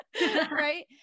Right